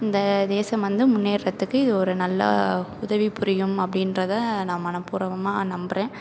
இந்த தேசம் வந்து முன்னேறதுக்கு இது ஒரு நல்ல உதவி புரியும் அப்படின்றத நான் மனப்பூர்வமாக நம்புகிறேன்